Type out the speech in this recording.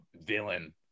villain